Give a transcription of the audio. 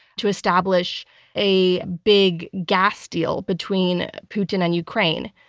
to establish a big gas deal between putin and ukraine.